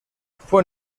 fue